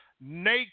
nature